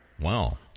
Wow